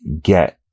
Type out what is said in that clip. get